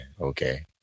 okay